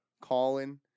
Colin